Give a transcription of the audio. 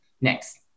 next